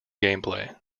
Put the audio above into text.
gameplay